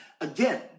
again